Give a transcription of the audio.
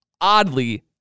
oddly